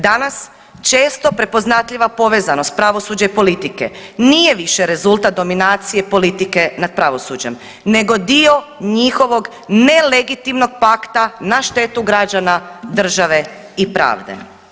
Danas često prepoznatljiva povezanost pravosuđa i politike nije više rezultat dominacije politike nad pravosuđem nego dio njihovog nelegitimnog pakta na štetu građana države i pravde.